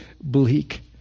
bleak